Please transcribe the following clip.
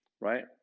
right